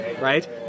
right